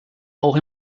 auch